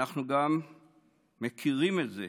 אנחנו גם מכירים את זה